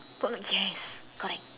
phoon huat yes correct